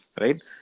right